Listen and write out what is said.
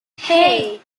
hey